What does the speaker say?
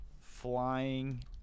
Flying